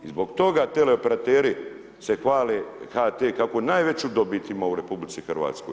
I zbog toga tele operateri se hvale HT kako najveću dobit ima u RH.